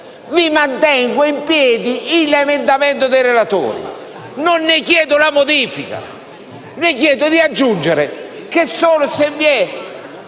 Qui mantengo in piedi l'emendamento dei relatori. Non ne chiedo la modifica. Vi chiedo di aggiungere che quei reati